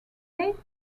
eight